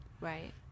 right